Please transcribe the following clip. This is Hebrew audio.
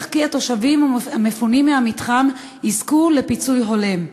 כי התושבים המפונים מהמתחם יזכו לפיצוי הולם,